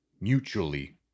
mutually